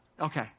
Okay